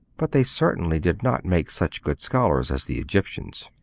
but they certainly did not make such good scholars as the egyptians.